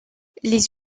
les